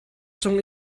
cung